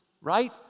Right